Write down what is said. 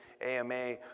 AMA